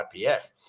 IPF